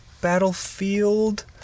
Battlefield